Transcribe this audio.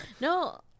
No